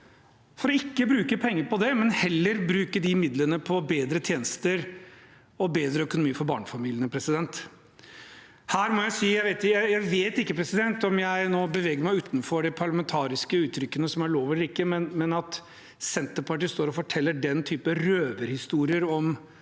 for ikke å bruke penger på det, når opposisjonen heller bruker de midlene på bedre tjenester og bedre økonomi for barnefamiliene. Her må jeg si at jeg ikke vet om jeg nå beveger meg utenfor de parlamentariske uttrykkene som er lov eller ikke, men at Senterpartiet står og forteller den typen røverhistorier om